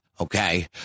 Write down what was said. okay